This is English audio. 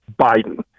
Biden